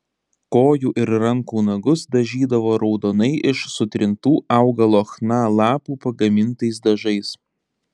kojų ir rankų nagus dažydavo raudonai iš sutrintų augalo chna lapų pagamintais dažais